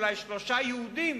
אולי שלושה יהודים,